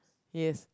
yes